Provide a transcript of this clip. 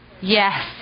Yes